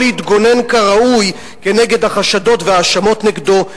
להתגונן כראוי נגד החשדות וההאשמות נגדו,